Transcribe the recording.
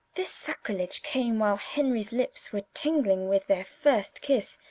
this sacrilege came while henry's lips were tingling with their first kiss,